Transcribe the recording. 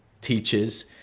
teaches